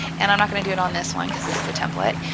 and i'm not going to do it on this one because this is a template,